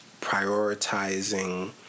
prioritizing